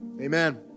amen